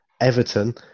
Everton